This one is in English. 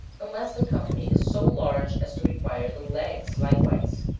unless the company is so large as to require the legs likewise.